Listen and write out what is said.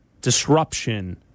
disruption